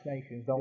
Nations